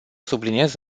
subliniez